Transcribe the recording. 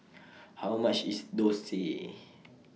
How much IS Dosa